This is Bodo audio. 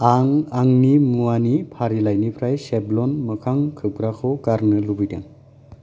आं आंनि मुवानि फारिलाइनिफ्राय सेभल'न मोखां खोबग्राखौ गारनो लुबैदों